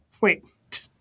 wait